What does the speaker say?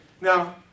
Now